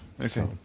Okay